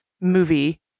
movie